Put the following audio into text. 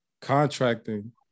contracting